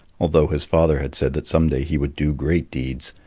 although his father had said that someday he would do great deeds.